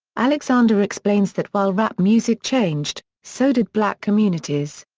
alexander explains that while rap music changed, so did black communities.